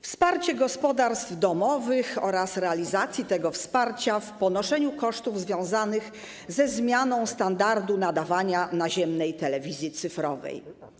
Wsparcie gospodarstw domowych oraz realizacji tego wsparcia w ponoszeniu kosztów związanych ze zmianą standardu nadawania naziemnej telewizji cyfrowej.